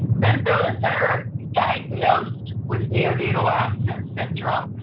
then, those that are diagnosed with neonatal abstinence syndrome,